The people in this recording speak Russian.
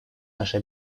наши